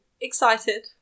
Excited